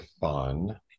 fun